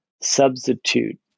substitute